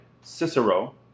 Cicero